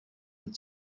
and